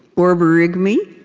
borborygmi